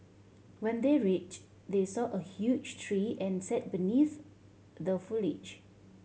when they reached they saw a huge tree and sat beneath the foliage